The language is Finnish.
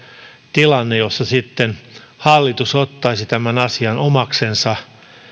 tilanne jossa sitten hallitus ottaisi tämän asian omaksensa